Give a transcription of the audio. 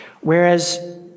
Whereas